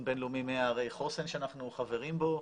בין-לאומי 100 ערי חוסן שאנחנו חברים בו.